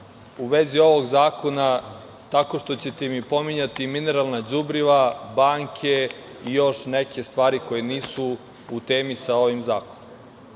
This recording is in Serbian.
u vezi ovog zakona tako što ćete mi pominjati mineralna đubriva, banke i još neke stvari koje nisu u temi sa ovim zakonom.